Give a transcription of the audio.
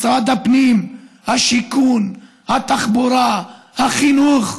משרד הפנים, השיכון, התחבורה, החינוך.